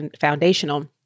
foundational